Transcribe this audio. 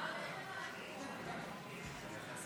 יש מצוקה של שרים